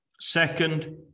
Second